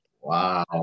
Wow